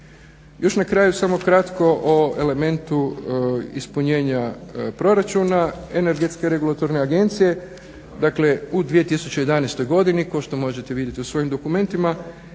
Još na kraju samo kratko o elementu ispunjenja proračuna energetske regulatorne agencije. Dakle u 2011.godini kao što može vidjeti u svojim dokumentima,